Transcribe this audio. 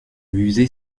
musée